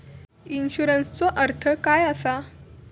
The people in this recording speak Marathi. इन्शुरन्सचो अर्थ काय असा?